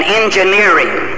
engineering